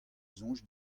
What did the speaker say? soñj